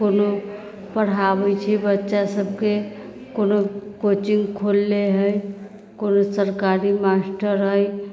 कोनो पढ़ाबैत छै बच्चासभके कोनो कोचिंग खोलले हइ कोनो सरकारी मास्टर हइ